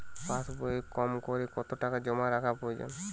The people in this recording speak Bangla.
পাশবইয়ে কমকরে কত টাকা জমা রাখা প্রয়োজন?